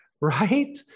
right